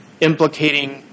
implicating